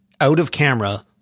out-of-camera